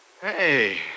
Hey